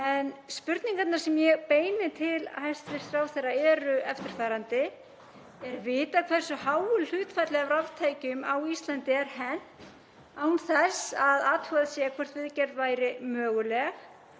Spurningarnar sem ég beini til hæstv. ráðherra eru eftirfarandi: Er vitað hversu háu hlutfalli af raftækjum á Íslandi er hent án þess að athugað sé hvort viðgerð væri möguleg?